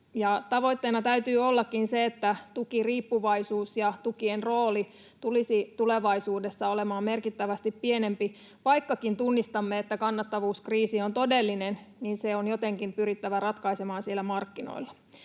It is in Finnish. tavoitteena täytyy ollakin se, että tukiriippuvaisuus ja tukien rooli tulisi tulevaisuudessa olemaan merkittävästi pienempi. Vaikkakin tunnistamme, että kannattavuuskriisi on todellinen, niin se on jotenkin pyrittävä ratkaisemaan siellä markkinoilla.